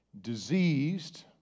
Diseased